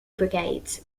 brigades